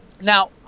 Now